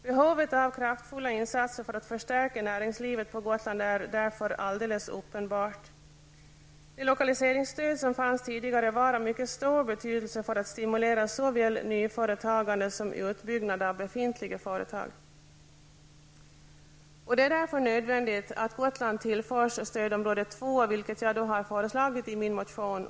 Behovet av kraftfulla insatser för förstärka näringslivet på Gotland är därför alldeles uppenbart. Det lokaliseringsstöd som fanns tidigare var av mycket stor betydelse för att stimulera såväl nyföretagande som utbyggnad av befintliga företag. Det är därför nödvändigt att Gotland tillförs stödområde 2. Det föreslog jag i min motion.